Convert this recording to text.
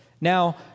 Now